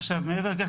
עכשיו מעבר לכך,